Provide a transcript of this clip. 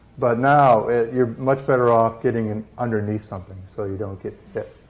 but now you're much better off getting and underneath something so you don't get hit.